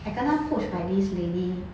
I kena approached by this lady